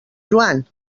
joan